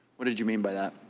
what did you mean by that?